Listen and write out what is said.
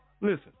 listen